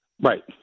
Right